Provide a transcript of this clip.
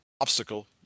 obstacle